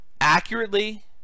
accurately